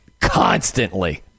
constantly